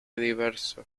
diverso